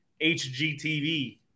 HGTV